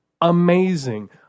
amazing